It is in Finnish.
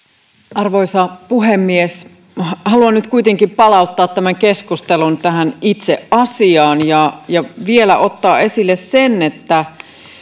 arvoisa puhemies haluan nyt kuitenkin palauttaa tämän keskustelun tähän itse asiaan ja ja vielä ottaa esille sen että